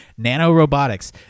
nanorobotics